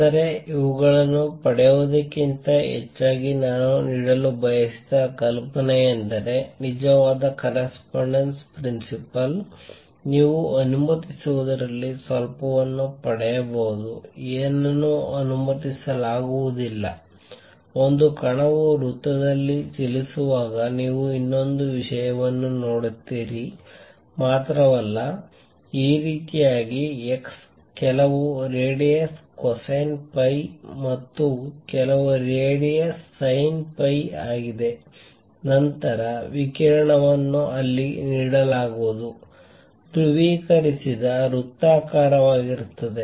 ಆದರೆ ಇವುಗಳನ್ನು ಪಡೆಯುವುದಕ್ಕಿಂತ ಹೆಚ್ಚಾಗಿ ನಾನು ನೀಡಲು ಬಯಸಿದ ಕಲ್ಪನೆಯೆಂದರೆ ನಿಜವಾದ ಕರೆಸ್ಪಾಂಡೆನ್ಸ್ ಪ್ರಿನ್ಸಿಪಲ್ ನೀವು ಅನುಮತಿಸುವದರಲ್ಲಿ ಸ್ವಲ್ಪವನ್ನು ಪಡೆಯಬಹುದು ಏನನ್ನೂ ಅನುಮತಿಸಲಾಗುವುದಿಲ್ಲ ಒಂದು ಕಣವು ವೃತ್ತದಲ್ಲಿ ಚಲಿಸುವಾಗ ನೀವು ಇನ್ನೊಂದು ವಿಷಯವನ್ನು ನೋಡುತ್ತೀರಿ ಮಾತ್ರವಲ್ಲ ಈ ರೀತಿಯಾಗಿ x ಕೆಲವು ರೇಡಿಯಷ್ ಕೋಸೈನ್ phi ಮತ್ತು y ಕೆಲವು ರೇಡಿಯಷ್ ಸಿನ್ phi ಆಗಿದೆ ನಂತರ ವಿಕಿರಣವನ್ನು ಅಲ್ಲಿ ನೀಡಲಾಗುವುದು ಧ್ರುವೀಕರಿಸಿದ ವೃತ್ತಾಕಾರವಾಗಿರುತ್ತದೆ